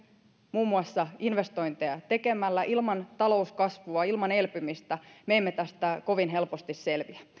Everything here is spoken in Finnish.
muun muassa investointeja tekemällä ilman talouskasvua ilman elpymistä me emme tästä kovin helposti selviä